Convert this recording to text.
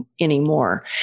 anymore